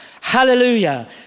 hallelujah